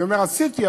אני אומר: עשיתי,